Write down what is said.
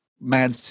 Man